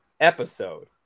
episode